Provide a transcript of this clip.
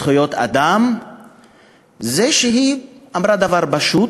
בדבר זכויות האדם זה שהיא אמרה דבר פשוט,